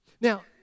Now